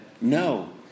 No